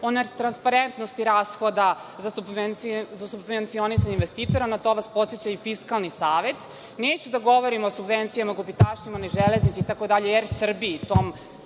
u netransparentnosti rashoda za subvencionisanje investitora, na to vas podseća i Fiskalni savet. Neću da govorim o subvencijama, gubitašima, „Železnici“, „ER Srbiji“, tom